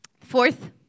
Fourth